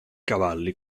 cavalli